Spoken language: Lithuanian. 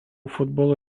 futbolo